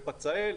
בפצאל,